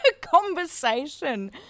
conversation